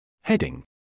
Heading